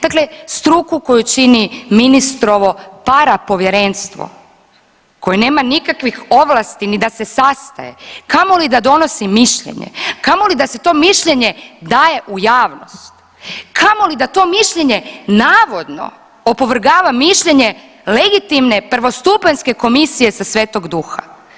Dakle, struku koju čini ministrovo parapovjerenstvo koje nema nikakvih ovlasti ni da se sastaje, kamoli da donosi mišljenje, kamoli da se to mišljenje daje u javnost, kamoli da to mišljenje navodno opovrgava mišljenje legitimne prvostupanjske komisije sa Sv. Duha.